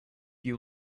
you